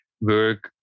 work